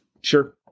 Sure